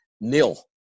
nil